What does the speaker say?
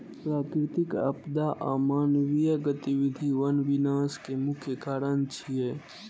प्राकृतिक आपदा आ मानवीय गतिविधि वन विनाश के मुख्य कारण छियै